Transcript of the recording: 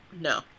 no